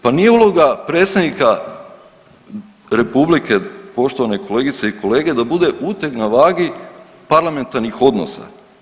Pa nije uloga Predsjednika Republike poštovane kolegice i kolege da bude uteg na vagi parlamentarnih odnosa.